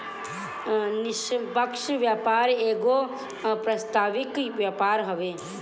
निष्पक्ष व्यापार एगो प्रस्तावित व्यापार हवे